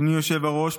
אדוני היושב-ראש,